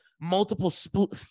multiple